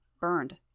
burned